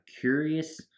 curious